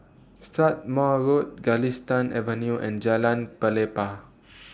Strathmore Road Galistan Avenue and Jalan Pelepah